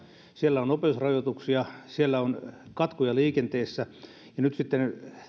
siellä on nopeusrajoituksia siellä on katkoja liikenteessä ja nyt sitten